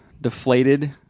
deflated